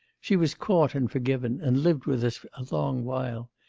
she was caught, and forgiven, and lived with us a long while.